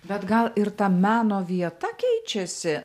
bet gal ir ta meno vieta keičiasi